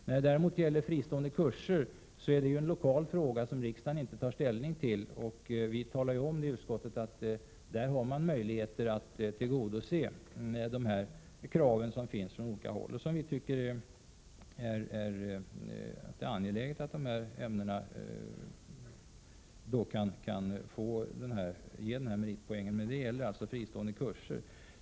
När det däremot gäller urval till fristående kurser är det en lokal fråga som riksdagen inte tar ställning till. Vi talade ju om i utskottet att man då har möjlighet att tillgodose krav som ställs från olika håll och att vi tycker att det är angeläget att olika ämnen kan ge meritpoäng. Men detta gäller alltså fristående kurser.